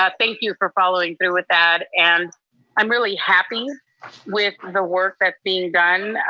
ah thank you for following through with that. and i'm really happy with the work that's being done.